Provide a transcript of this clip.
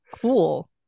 cool